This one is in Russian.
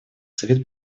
совет